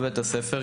בבית הספר,